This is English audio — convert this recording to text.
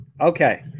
Okay